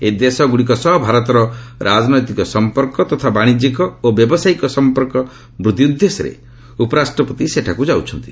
ଏହି ଦେଶଗୁଡ଼ିକ ସହ ଭାରତର ରାଜନୈତିକ ସମ୍ପର୍କ ତଥା ବାଣିଜ୍ୟିକ ଓ ବ୍ୟାବସାୟିକ ସମ୍ପର୍କ ବୃଦ୍ଧି ଉଦ୍ଦେଶ୍ୟରେ ଉପରାଷ୍ଟ୍ରପତି ସେଠାକୁ ଯାଉଛନ୍ତି